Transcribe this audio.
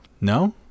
No